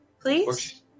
Please